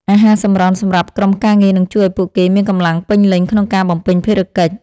អាហារសម្រន់សម្រាប់ក្រុមការងារនឹងជួយឱ្យពួកគេមានកម្លាំងពេញលេញក្នុងការបំពេញភារកិច្ច។